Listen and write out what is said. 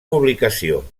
publicació